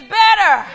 better